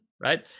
right